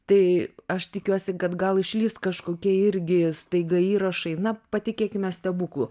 tai aš tikiuosi kad gal išlįs kažkokie irgi staiga įrašai na patikėkime stebuklu